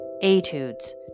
etudes